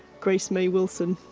grace-may wilson.